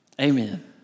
Amen